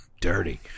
dirty